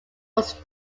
was